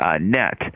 net